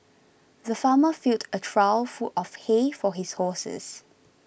the farmer filled a trough full of hay for his horses